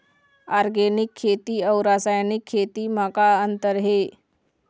Organic खेती अउ रासायनिक खेती म का अंतर हे?